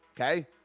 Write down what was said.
Okay